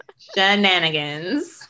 Shenanigans